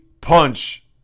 punch